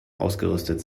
ausgerüstet